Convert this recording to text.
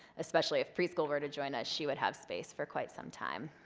especially if preschool were to join us, she would have space for quite some time.